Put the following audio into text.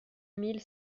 mille